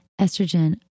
Estrogen